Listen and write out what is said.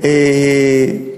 איזה, יהודי בסכנה.